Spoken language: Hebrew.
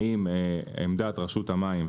האם עמדת רשות המים,